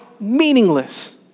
meaningless